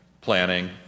planning